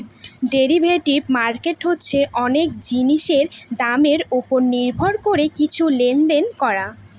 derivative market হচ্ছে অনেক জিনিসের দামের ওপর নির্ভর করে কিছু লেনদেন করা